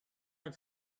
had